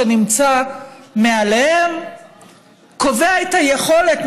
שנמצא מעליהם וקובע את היכולת,